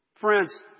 Friends